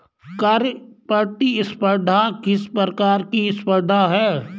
कर प्रतिस्पर्धा किस प्रकार की स्पर्धा है?